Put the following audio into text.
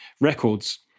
records